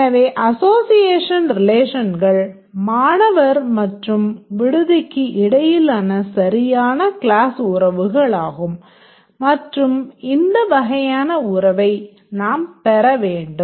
எனவே அசோசியேஷன் ரிலேஷன்கள் மாணவர் மற்றும் விடுதிக்கு இடையிலான சரியான க்ளாஸ் உறவுகளாகும்மற்றும் இந்த வகையான உறவை நாம் பெற வேண்டும்